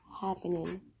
happening